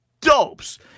dopes